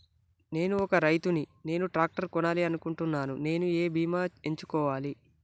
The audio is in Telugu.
నేను ఒక రైతు ని నేను ట్రాక్టర్ కొనాలి అనుకుంటున్నాను నేను ఏ బీమా ఎంచుకోవాలి?